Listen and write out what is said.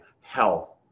health